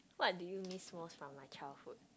what do you miss most from my childhood